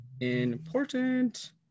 important